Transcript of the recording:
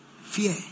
Fear